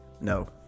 no